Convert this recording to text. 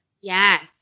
Yes